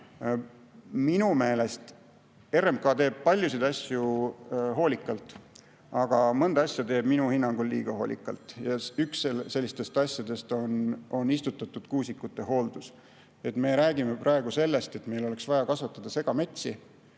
minu meelest RMK teeb paljusid asju hoolikalt, aga mõnda asja teeb minu hinnangul liiga hoolikalt. Üks sellistest asjadest on istutatud kuusikute hooldus. Me räägime praegu sellest, et meil oleks vaja kasvatada segametsi.